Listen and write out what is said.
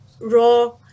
raw